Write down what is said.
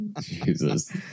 jesus